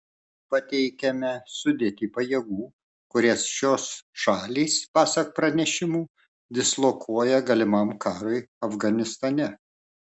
pateikiame sudėtį pajėgų kurias šios šalys pasak pranešimų dislokuoja galimam karui afganistane